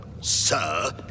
sir